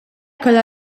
kellha